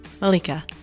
Malika